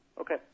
Okay